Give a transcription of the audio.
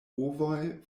ovoj